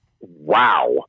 wow